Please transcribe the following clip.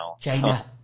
China